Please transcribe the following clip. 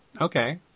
Okay